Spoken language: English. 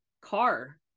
car